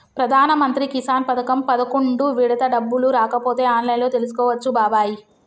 ప్రధానమంత్రి కిసాన్ పథకం పదకొండు విడత డబ్బులు రాకపోతే ఆన్లైన్లో తెలుసుకోవచ్చు బాబాయి